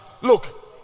Look